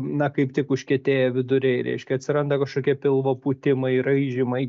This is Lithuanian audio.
na kaip tik užkietėję viduriai reiškia atsiranda kažkokie pilvo pūtimai raižymai